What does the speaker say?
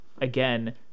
again